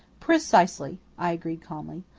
precisely, i agreed calmly.